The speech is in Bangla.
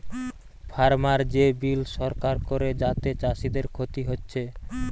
ফার্মার যে বিল সরকার করে যাতে চাষীদের ক্ষতি হচ্ছে